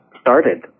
started